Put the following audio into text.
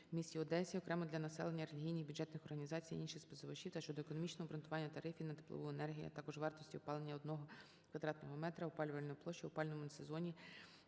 у місті Одесі окремо для населення, релігійних і бюджетних організацій, інших споживачів та щодо економічного обґрунтування тарифів на теплову енергію, а також вартості опалення одного квадратного метра опалюваної площі у опалювальному сезоні